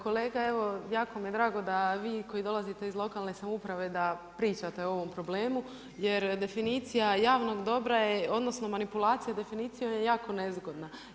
Kolega evo jako mi je drago da vi koji dolazite iz lokalne samouprave da pričate o ovome problemu jer definicija javnog dobra je odnosno manipulacija definicije je jako nezgodna.